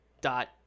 dot